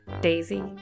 Daisy